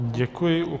Děkuji.